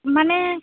ᱢᱟᱱᱮ